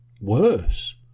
worse